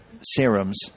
serums